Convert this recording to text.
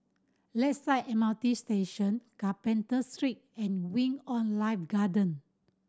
Lakeside M R T Station Carpenter Street and Wing On Life Garden